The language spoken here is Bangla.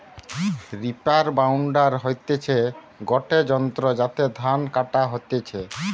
রিপার বাইন্ডার হতিছে গটে যন্ত্র যাতে ধান কাটা হতিছে